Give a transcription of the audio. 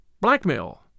Blackmail